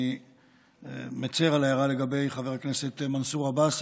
אני מצר על ההערה לגבי חבר הכנסת מנסור עבאס.